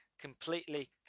completely